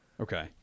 Okay